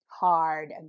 hard